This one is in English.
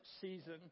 season